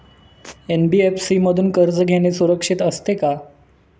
NBFC मधून कर्ज घेणे सुरक्षित असते का?